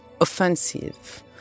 offensive